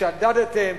שדדתם,